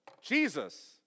Jesus